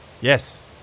Yes